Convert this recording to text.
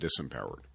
disempowered